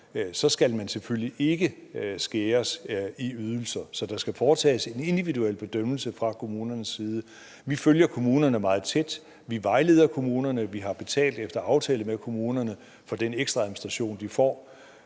skal man selvfølgelig ikke skæres i ydelserne. Så der skal foretages en individuel bedømmelse fra kommunernes side. Vi følger kommunerne meget tæt; vi vejleder kommunerne; og vi har betalt efter aftale med kommunerne for den ekstra administration, de får.